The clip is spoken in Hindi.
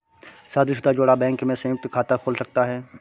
शादीशुदा जोड़ा बैंक में संयुक्त खाता खोल सकता है